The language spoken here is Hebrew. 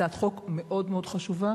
הצעת החוק מאוד מאוד חשובה,